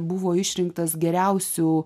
buvo išrinktas geriausiu